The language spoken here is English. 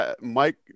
Mike